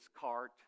cart